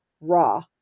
raw